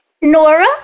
Nora